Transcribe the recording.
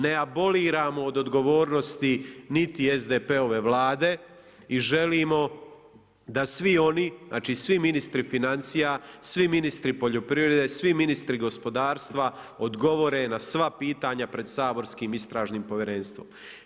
Ne aboliram od odgovornosti niti SDP-ove Vlade i želimo da svi oni, znači svi ministri financija, svi ministri poljoprivrede, svi ministri gospodarstva odgovore na sva pitanja pred saborskim Istražnim povjerenstvom.